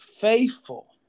faithful